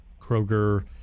Kroger